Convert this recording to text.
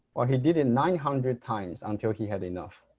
well he did in nine hundred times until he had enough